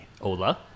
Hola